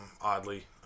oddly